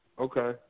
Okay